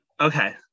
Okay